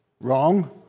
wrong